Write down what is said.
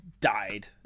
died